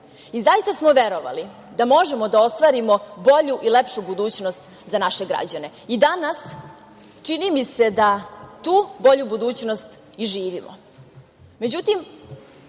Zaista smo verovali da možemo da ostvarimo bolju i lepšu budućnost za naše građane, i danas, čini mi se da tu bolju budućnost i živimo.